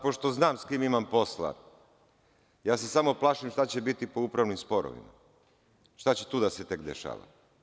Pošto znam sa kim imam posla, samo se plašim šta će biti po upravnim sporovima, šta će tek tu da se dešava.